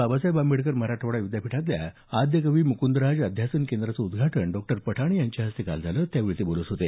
बाबासाहेब आंबेडकर मराठवाडा विद्यापीठातल्या आद्यकवी मुकूंदराज अध्यासन केंद्राचं उद्धाटन डॉ पठाण यांच्या उपस्थितीत काल झालं त्यावेळी ते बोलत होते